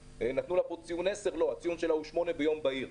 הציון שלה הוא 8 מ-10 ביום בהיר,